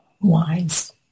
Wise